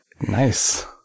Nice